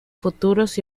futuros